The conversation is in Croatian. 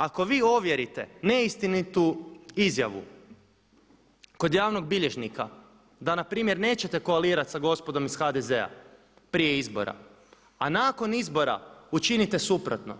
Ako vi ovjerite neistinitu izjavu kod javnog bilježnika da npr. nećete koalirati sa gospodom iz HDZ-a prije izbora, a nakon izbora učinite suprotno